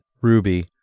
Ruby